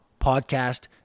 podcast